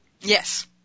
Yes